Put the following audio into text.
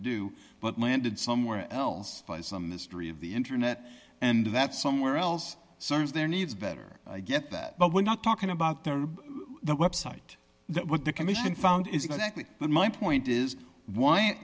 do but landed somewhere else by some mystery of the internet and that somewhere else serves their needs better get that but we're not talking about their website what the commission found is exactly but my point is why